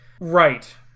Right